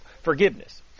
forgiveness